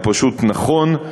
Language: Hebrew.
הוא פשוט נכון,